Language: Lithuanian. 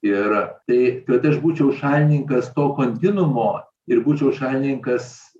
ir tai kad aš būčiau šalininkas to kontinuumo ir būčiau šalininkas